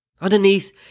Underneath